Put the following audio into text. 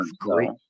great –